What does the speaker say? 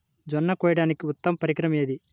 జొన్న కోయడానికి ఉత్తమ పరికరం ఏది?